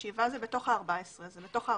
השבעה הם בתוך ה-14 ימים.